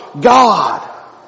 God